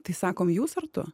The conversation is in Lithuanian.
tai sakom jūs ar tu